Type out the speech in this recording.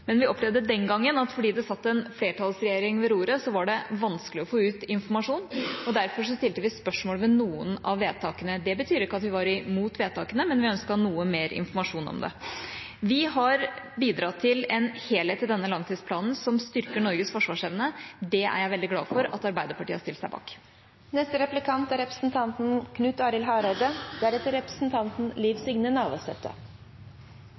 men vi opplevde den gangen at fordi det satt en flertallsregjering ved roret, var det vanskelig å få ut informasjon, og derfor stilte vi spørsmål ved noen av vedtakene. Det betyr ikke at vi var imot vedtakene, men vi ønsket noe mer informasjon om dette. Vi har bidratt til en helhet i denne langtidsplanen, som styrker Norges forsvarsevne. Det er jeg veldig glad for at Arbeiderpartiet har stilt seg bak. Fordelen med ein langtidsplan er